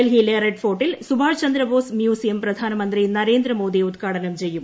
ഡൽഹിയിലെ റെഡ്ഫോർട്ടിൽ സുഭാഷ് ചന്ദ്രബോസ് മ്യൂസിയം പ്രധാനമന്ത്രി നരേന്ദ്രമോദി ഉദ്ഘാടനം ചെയ്യും